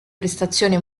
prestazione